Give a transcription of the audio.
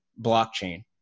blockchain